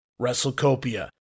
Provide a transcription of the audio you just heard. WrestleCopia